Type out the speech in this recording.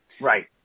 Right